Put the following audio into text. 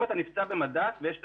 אם אתה נפצע ויש תחקיר,